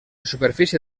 superfície